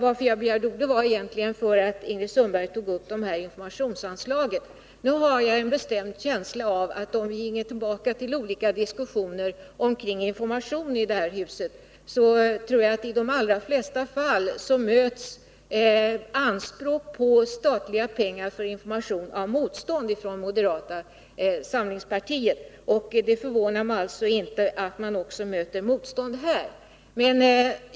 Anledningen till att jag begärde ordet var att Ingrid Sundberg tog upp frågan om informationsanslaget. Jag har en bestämd känsla av att vi, om vi tänker tillbaka på olika diskussioner om information i detta hus, kan konstatera att anspråk på statliga pengar till information ständigt har mötts av motstånd från moderata samlingspartiet. Därför förvånar mig inte moderaternas motstånd nu mot detta anslag.